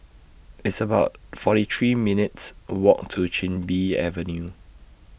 It's about forty three minutes' Walk to Chin Bee Avenue